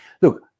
Look